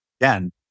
again